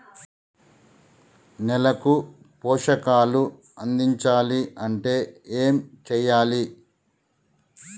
నేలకు పోషకాలు అందించాలి అంటే ఏం చెయ్యాలి?